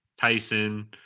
Tyson